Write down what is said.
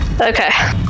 Okay